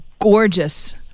gorgeous